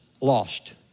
lost